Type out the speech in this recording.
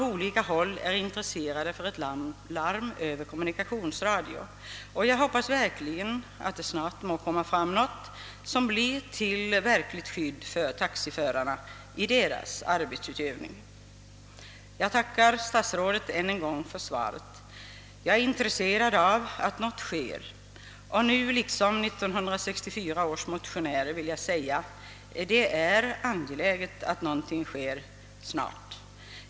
På olika håll är man intresserad av ett larmsystem över kommunikationsradio, och jag hoppas verkligen att det snart skapas något system som blir till ett verkligt skydd för taxiförarna i deras arbetsutövning. Jag tackar än en gång statsrådet för svaret. Jag är intresserad av att något görs och görs nu. Liksom motionärerna år 1964 vill jag säga: Det är angeläget att någonting sker snart.